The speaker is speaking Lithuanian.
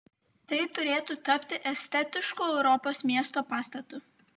tai turėtų tapti estetišku europos miesto pastatu